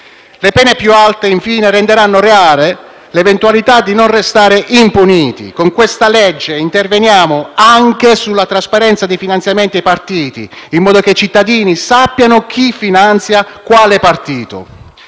Le pene più alte, infine, renderanno reale l'eventualità di non restare impuniti. Con il disegno di legge al nostro esame interveniamo anche sulla trasparenza dei finanziamenti ai partiti, in modo che i cittadini sappiano chi finanzia quale partito.